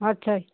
ਅੱਛਾ ਜੀ